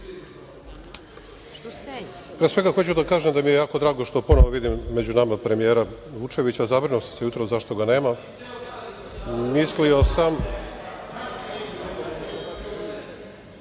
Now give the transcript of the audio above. svega hoću da kažem da mi je jako drago što ponovo vidim među nama premijera Vučevića. Zabrinuo sam se jutros zašto ga nema. Mislio sam…Da